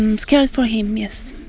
um scared for him yes.